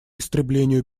истреблению